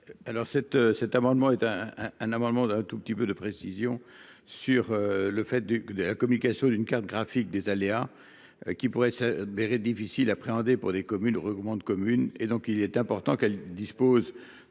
Alors cet, cet amendement est un un amendement d'un tout petit peu de précisions sur le fait de, de la communication d'une carte graphique des aléas. Qui pourraient se. Difficile à appréhender pour les communes regroupements de communes, et donc il est important qu'elle dispose